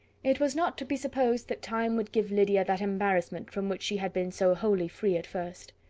it was not to be supposed that time would give lydia that embarrassment from which she had been so wholly free at first.